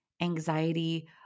anxiety